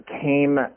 came